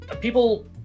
people